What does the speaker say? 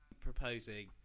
proposing